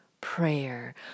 prayer